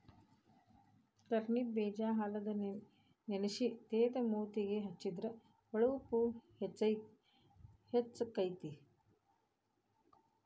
turnip ಬೇಜಾ ಹಾಲದಾಗ ನೆನಸಿ ತೇದ ಮೂತಿಗೆ ಹೆಚ್ಚಿದ್ರ ಹೊಳಪು ಹೆಚ್ಚಕೈತಿ